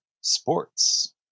Sports